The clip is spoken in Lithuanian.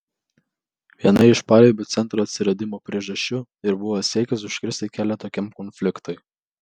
viena iš paribio centro atsiradimo priežasčių ir buvo siekis užkirsti kelią tokiam konfliktui